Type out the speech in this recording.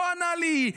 לא ענה לי",